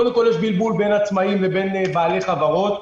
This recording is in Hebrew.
קודם כול, יש בלבול בין עצמאים לבין בעלי חברות.